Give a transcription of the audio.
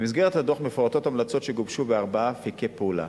במסגרת הדוח מפורטות המלצות שגובשו בארבעה אפיקי פעולה: